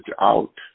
out